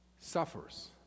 suffers